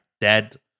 dead